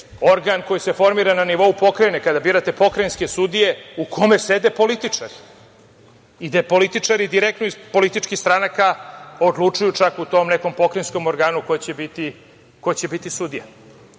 organ koji se formira na nivou pokrajine, kada birate pokrajinske sudije, u kome sede političari i gde političari direktno iz političkih stranaka odlučuju čak u tom nekom pokrajinskom organu ko će biti sudija.